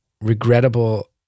regrettable